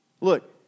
Look